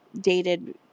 dated